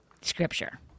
scripture